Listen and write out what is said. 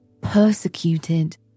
persecuted